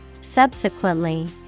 subsequently